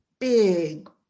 big